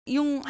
Yung